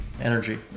Energy